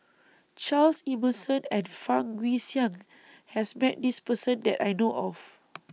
Charles Emmerson and Fang Guixiang has Met This Person that I know of